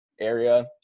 area